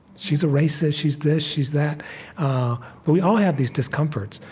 she's a racist. she's this, she's that. but we all have these discomforts.